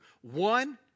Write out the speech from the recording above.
one